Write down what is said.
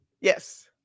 yes